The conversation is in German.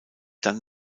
dann